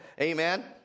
Amen